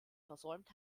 versäumt